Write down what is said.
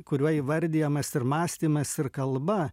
kuriuo įvardijamas ir mąstymas ir kalba